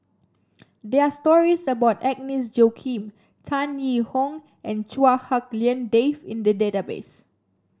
there are stories about Agnes Joaquim Tan Yee Hong and Chua Hak Lien Dave in the database